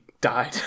died